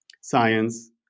science